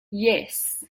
yes